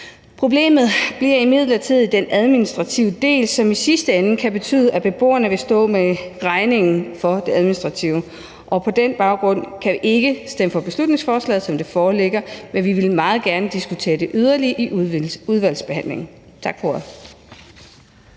Problemet bliver imidlertid den administrative del, som i sidste ende kan betyde, at beboerne vil stå med regningen for det administrative. Og på den baggrund kan vi ikke stemme for beslutningsforslaget, som det foreligger. Men vi vil meget gerne diskutere det yderligere i udvalgsbehandlingen. Tak for